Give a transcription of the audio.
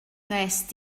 wnest